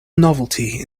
novelty